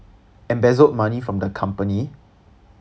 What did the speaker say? embezzled money from the company